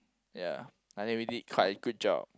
ya I think we did quite a good job